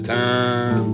time